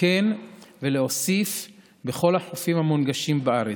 לתקן ולהוסיף בכל החופים המונגשים בארץ.